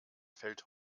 fällt